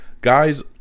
Guys